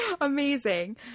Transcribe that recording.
amazing